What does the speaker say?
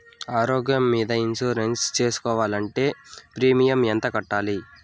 ఆరోగ్యం మీద ఇన్సూరెన్సు సేసుకోవాలంటే ప్రీమియం ఎంత కట్టాలి?